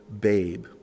babe